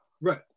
Right